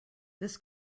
this